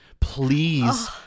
please